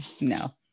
no